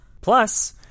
Plus